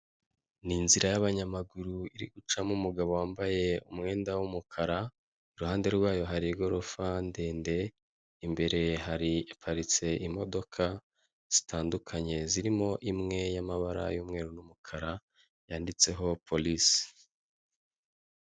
Ni inzira y'abanyamaguru irigucamo umugabo wambaye umwenda w'umukara, iruhande rwayo hari igorofa ndende, imbere hari haparitse imodoka zitandukanye zirimo imwe y'amabara y'umweru n'umukara yanditseho polisi.